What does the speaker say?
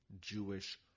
jewish